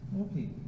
okay